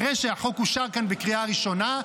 אחרי שהחוק אושר כאן בקריאה ראשונה,